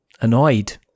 annoyed